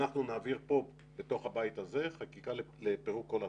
אנחנו נעביר פה בתוך הבית הזה חקיקה לפירוק כל התאגידים.